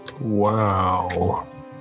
Wow